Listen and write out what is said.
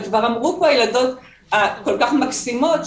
כבר אמרו פה הילדות הכול כך מקסימות,